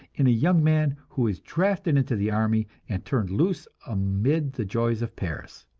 in a young man who was drafted into the army and turned loose amid the joys of paris.